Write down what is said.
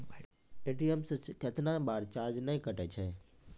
ATM से कैतना बार चार्ज नैय कटै छै?